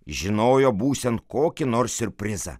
žinojo būsiant kokį nors siurprizą